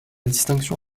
distinction